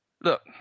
Look